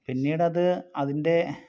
പിന്നീടത് അതിൻ്റെ